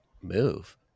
move